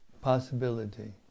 possibility